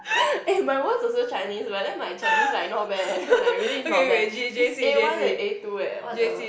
eh my worst also Chinese but then my Chinese like not bad eh like really it's not bad it's A one and A two eh what the